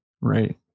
Right